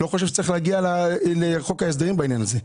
אני לא חושב שצריך להגיע לחוק ההסדרים בעניין הזה.